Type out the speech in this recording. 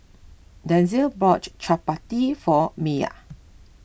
Denzel bought Chapati for Mya